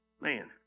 Man